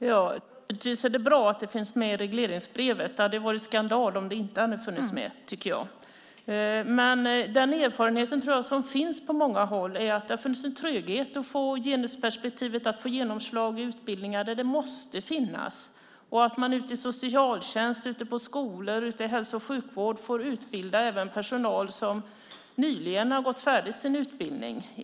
Fru talman! Givetvis är det bra att det finns med i regleringsbrevet. Det hade varit skandal om det inte hade funnits med. Den erfarenhet som finns på många håll är att det har funnits en tröghet i att få genusperspektivet att få genomslag i utbildningar där det måste finnas. Man får i socialtjänst, på skolor och i hälso och sjukvård även utbilda personal som nyligen har gått färdigt sin utbildning.